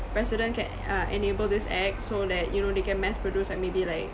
president can uh enable this act so that you know they can mass produce like maybe like